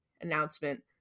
announcement